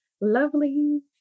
lovely